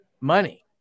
money